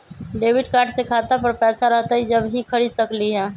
Debit card से खाता पर पैसा रहतई जब ही खरीद सकली ह?